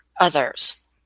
others